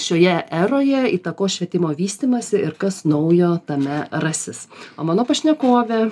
šioje eroje įtakos švietimo vystymąsi ir kas naujo tame rasis o mano pašnekovė